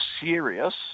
serious